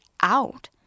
out